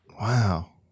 Wow